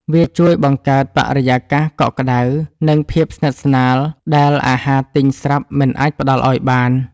វាជួយបង្កើតបរិយាកាសកក់ក្ដៅ និងភាពស្និទ្ធស្នាលដែលអាហារទិញស្រាប់មិនអាចផ្ដល់ឱ្យបាន។